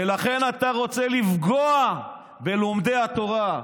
ולכן אתה רוצה לפגוע בלומדי התורה.